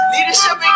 Leadership